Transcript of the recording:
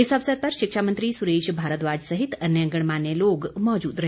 इस अवसर पर शिक्षा मंत्री सुरेश भारद्वाज सहित अन्य गणमान्य लोग भी मौजूद रहे